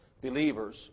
Believers